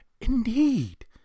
indeed